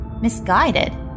Misguided